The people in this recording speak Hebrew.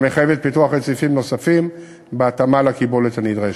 המחייבת פיתוח רציפים נוספים בהתאמה לקיבולת הנדרשת.